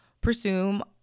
presume